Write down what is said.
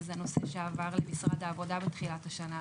וזה נושא שעבר למשרד העבודה בתחילת השנה.